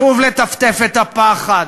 שוב לטפטף את הפחד,